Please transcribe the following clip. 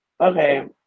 Okay